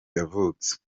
yavutse